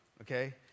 okay